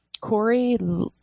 Corey